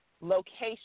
location